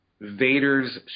Vader's